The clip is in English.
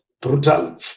brutal